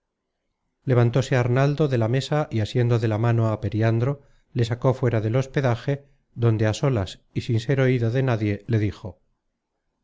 encaminados levantóse arnaldo de la mesa y asiendo de la mano á periandro le sacó fuera del hospedaje donde á solas y sin ser oido de nadie le dijo